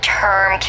term